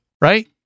Right